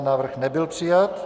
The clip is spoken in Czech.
Návrh nebyl přijat.